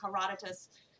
Herodotus